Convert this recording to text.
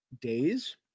days